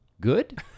good